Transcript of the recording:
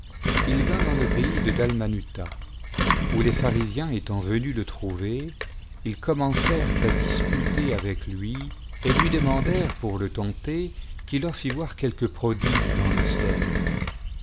il vint dans le pays de da où les pharisiens étant venus le trouver ils commencèrent à disputer avec lui et lui demandèrent pour le tenter quu leur j it voir quelque prodige dans le ciel